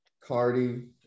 Cardi